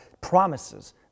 promises